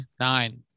nine